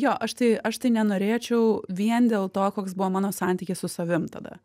jo aš tai aš tai nenorėčiau vien dėl to koks buvo mano santykis su savim tada